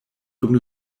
dum